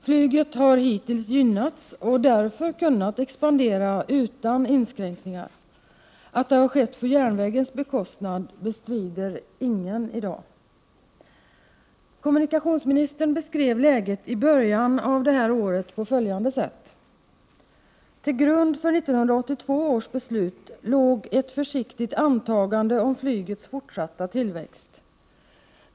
Hittills har flyget gynnats och därför kunnat expandera utan inskränkningar. Att det har skett på järnvägens bekostnad bestrider ingen i dag. Kommunikationsministern beskrev läget i början av 1988 på följande sätt: ”Till grund för 1982 års beslut,” framhöll han, ”låg ett försiktigt antagande om flygets fortsatta tillväxt.